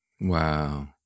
Wow